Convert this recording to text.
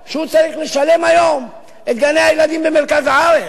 שהוא צריך לשלם היום את גני-הילדים במרכז הארץ.